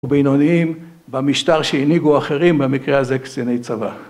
ובינוניים במשטר שהנהיגו אחרים, במקרה הזה קציני צבא.